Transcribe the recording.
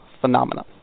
Phenomena